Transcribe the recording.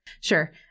Sure